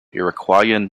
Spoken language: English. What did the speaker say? iroquoian